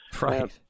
Right